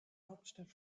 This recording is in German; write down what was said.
hauptstadt